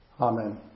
Amen